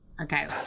Okay